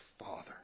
Father